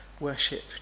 worship